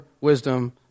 wisdom